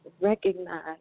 recognize